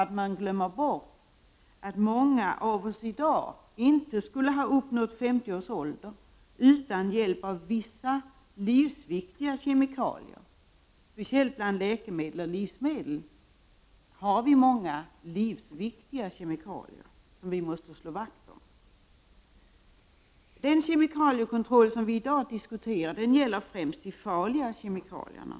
Men man glömmer bort att många av oss inte skulle ha uppnått 50 års ålder utan hjälp av vissa livsviktiga kemikalier. Speciellt när det gäller läkemedel och livsmedel finns det många livsviktiga kemikalier som vi måste slå vakt om. Den kemikaliekontroll som vi i dag diskuterar gäller främst de farliga kemikalierna.